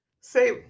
say